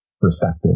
perspective